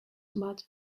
but